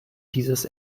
dieses